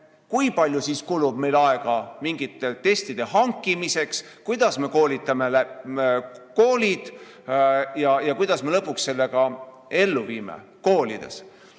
kui palju kulub meil aega mingite testide hankimiseks, kuidas me koolitame koolid ja kuidas me lõpuks selle ka ellu viime koolides.